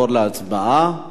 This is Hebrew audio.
בבקשה, אדוני,